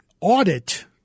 audit